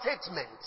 statement